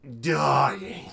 dying